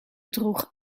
droeg